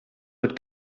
would